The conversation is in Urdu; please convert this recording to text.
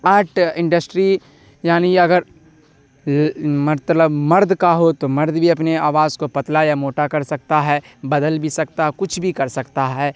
آرٹ انڈسٹری یعنی اگر مطلب مرد کا ہو تو مرد بھی اپنی آواز کو پتلا یا موٹا کر سکتا ہے بدل بھی سکتا ہے کچھ بھی کر سکتا ہے